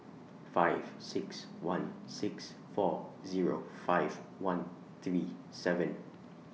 five six one six four Zero five one three seven